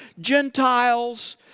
Gentiles